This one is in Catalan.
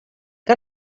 que